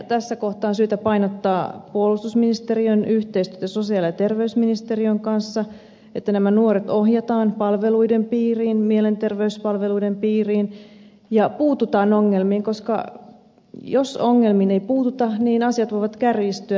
tässä kohtaa on syytä painottaa puolustusministeriön yhteistyötä sosiaali ja terveysministeriön kanssa että nämä nuoret ohjataan palveluiden mielenterveyspalveluiden piiriin ja puututaan ongelmiin koska jos ongelmiin ei puututa niin asiat voivat kärjistyä